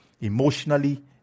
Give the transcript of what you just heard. emotionally